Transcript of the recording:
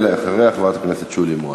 ואחריה, חברת הכנסת שולי מועלם.